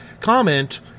comment